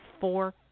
four